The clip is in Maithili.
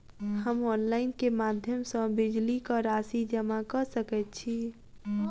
हम ऑनलाइन केँ माध्यम सँ बिजली कऽ राशि जमा कऽ सकैत छी?